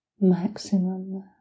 Maximum